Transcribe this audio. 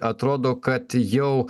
atrodo kad jau